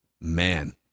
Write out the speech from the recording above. man